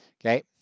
Okay